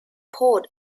poured